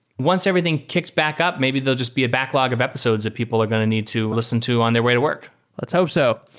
once everything kicks back up, maybe they'll just be a backlog of episodes if people are going to need listen to on their way to work let's hope so.